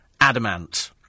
Adamant